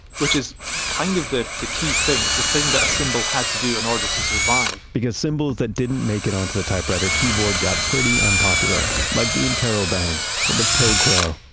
which is kind of the the key thing, the thing that a symbol had to do in order to survive. because symbols that didn't make it onto the typewriter keyboard got pretty unpopular. like the interrobang or the pilcrow,